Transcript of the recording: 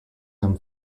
him